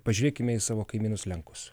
pažiūrėkime į savo kaimynus lenkus